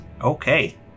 Okay